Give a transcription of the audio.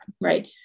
right